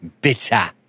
Bitter